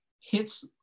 hits